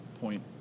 point